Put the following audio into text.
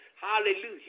Hallelujah